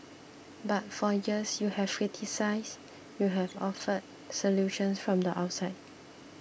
but for years you have criticised you have offered solutions from the outside